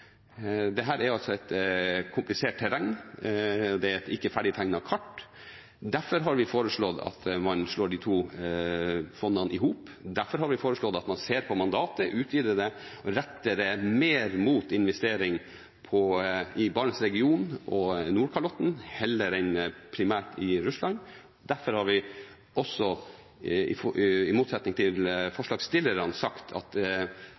er et ikke-ferdigtegnet kart, og derfor har vi foreslått at man slår de to fondene i hop, derfor har vi foreslått at man ser på mandatet, utvider det, og retter det mer mot investering i Barents-regionen og Nordkalotten heller enn primært i Russland. Derfor har vi også, i motsetning til forslagsstillerne, sagt at